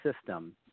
system